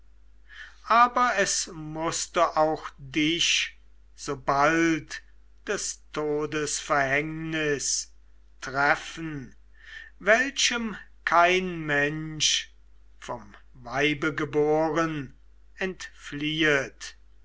aber es mußte auch dich so bald des todes verhängnis treffen welchem kein mensch vom weibe geboren entfliehet